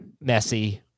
messy